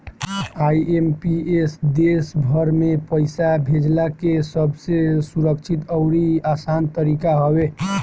IMPS देस भर में पईसा भेजला के सबसे सुरक्षित अउरी आसान तरीका हवे